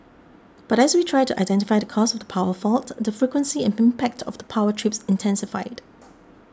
but as we tried to identify the cause of the power fault the frequency and impact of power trips intensified